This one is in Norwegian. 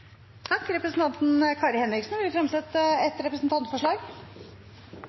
Representanten Kari Henriksen vil fremsette et representantforslag.